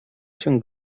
się